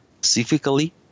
specifically